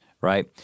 Right